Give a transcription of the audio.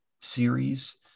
series